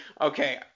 Okay